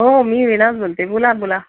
हो मी वीणाच बोलते बोला बोला